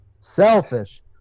Selfish